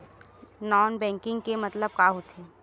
Non banking के मतलब का होथे?